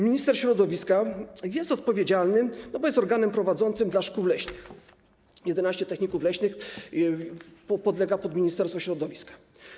Minister środowiska jest odpowiedzialny, bo jest organem prowadzącym dla szkół leśnych, 11 techników leśnych podlega ministerstwu środowiska.